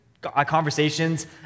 conversations